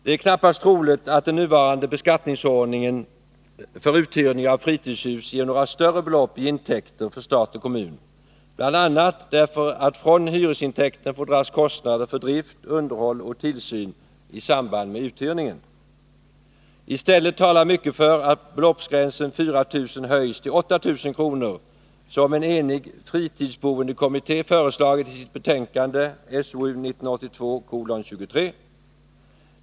Det är knappast troligt att den nuvarande beskattningsordningen för uthyrning av fritidshus ger några större belopp i intäkter för stat och kommun, bl.a. därför att från hyresintäkten får dras kostnader för drift, underhåll och tillsyn i samband med uthyrningen. I stället talar mycket för att beloppsgränsen 4 000 höjs till 8 000 kr., som en enig fritidsboendekommitté föreslagit i betänkande SOU 1982:23.